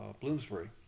Bloomsbury